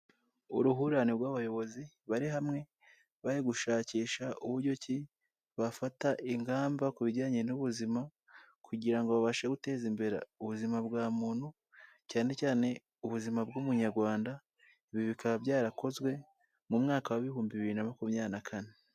Uruhurirane rw'abayobozi bari hamwe, bari gushakisha uburyo ki bafata ingamba ku bijyanye n'ubuzima, kugira ngo babashe guteza imbere ubuzima bwa muntu, cyane cyane ubuzima bw'Umunyarwanda, ibi bikaba byarakozwe mu mwaka w'ibihumbi bibiri na makumyabiri na kane.